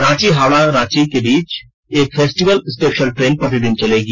रांची हावड़ा रांची के बीच एक फेस्टिवल स्पेशल ट्रेन प्रतिदिन चलेगी